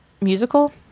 musical